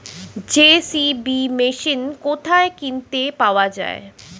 JCB machine কোথায় কিনতে পাওয়া যাবে?